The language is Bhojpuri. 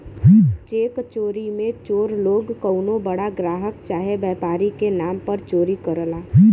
चेक चोरी मे चोर लोग कउनो बड़ा ग्राहक चाहे व्यापारी के नाम पर चोरी करला